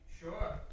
Sure